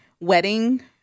wedding